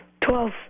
Twelve